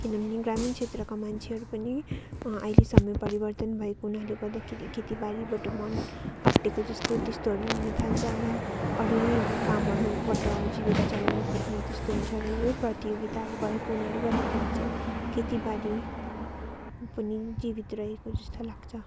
किनभने ग्रामीण क्षेत्रका मान्छेहरू पनि अहिले समय परिवर्तन भएको हुनाले गर्दाखेरि खेतीबारीबाट मन हटेकोहरू त्यस्तोहरू हुन थाल्छ र अरू यही कामहरूबाट जीविका चलाउन खोज्ने त्यस्तो हुन्छ र यो प्रतियोगिताहरू भएको हुनाले गर्दाखेरि चाहिँ खेतीबारी पनि जीवित रहेको जस्तो लाग्छ